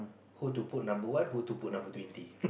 who to put number one who to put number twenty